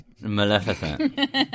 maleficent